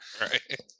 right